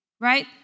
right